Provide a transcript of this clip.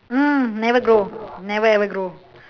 mm never grow never ever grow